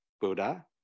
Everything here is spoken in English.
Buddha